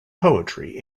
poetry